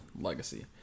Legacy